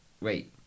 Wait